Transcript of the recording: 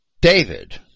David